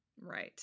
Right